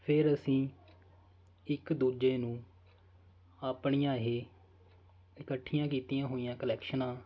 ਫਿਰ ਅਸੀਂ ਇੱਕ ਦੂਜੇ ਨੂੰ ਆਪਣੀਆਂ ਇਹ ਇਕੱਠੀਆਂ ਕੀਤੀਆਂ ਹੋਈਆਂ ਕਲੈਕਸ਼ਨਾਂ